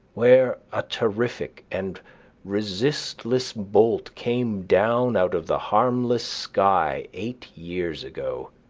where a terrific and resistless bolt came down out of the harmless sky eight years ago.